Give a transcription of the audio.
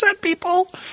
people